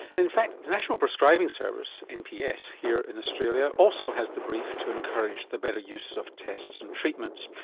in fact the national prescribing service, nps, here in australia, also has the brief to encourage the better use of tests and treatments.